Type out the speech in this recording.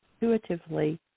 intuitively